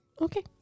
Okay